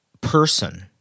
person